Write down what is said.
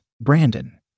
Brandon